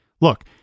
look